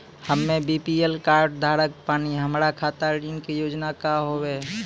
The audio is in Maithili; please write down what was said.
हम्मे बी.पी.एल कार्ड धारक बानि हमारा खातिर ऋण के योजना का होव हेय?